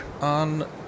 on